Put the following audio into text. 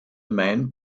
main